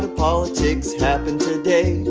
politics happened today.